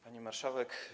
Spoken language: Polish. Pani Marszałek!